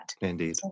Indeed